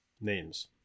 names